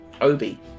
Obi